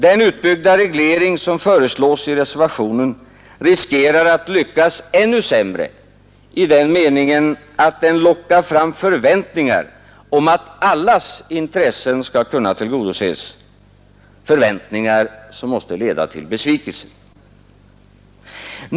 Den utbyggda reglering som föreslås i reservationen riskerar att lyckas ännu sämre i den meningen att den lockar fram förväntningar om att allas intressen skall kunna tillgodoses, förväntningar som måste leda till besvikelse.